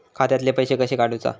खात्यातले पैसे कशे काडूचा?